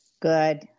Good